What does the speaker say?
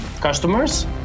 customers